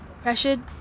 pressured